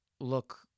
look